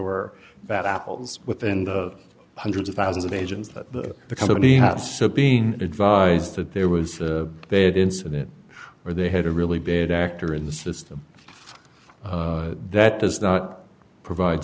were bad apples within the hundreds of thousands of agents that the company have so being advised that there was that incident where they had a really bad actor in the system that does not provide